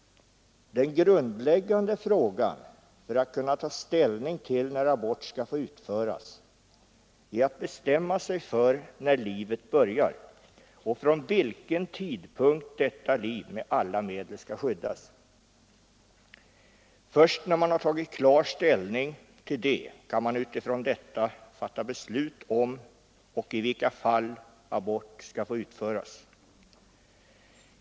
Grundläggande för att kunna ta ställning i frågan, när abort skall få utföras, är att bestämma sig för, när livet börjar och från vilken tidpunkt detta liv med alla medel skall skyddas. Först när man har tagit klar ställning till detta kan man, med utgångspunkt från detta ställningstagande, fatta beslut i frågan, om och i vilka fall abort skall få utföras.